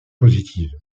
positive